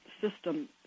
system